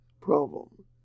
problem